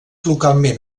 localment